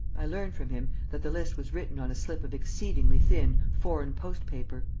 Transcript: i learnt from him that the list was written on a slip of exceedingly thin foreign-post-paper,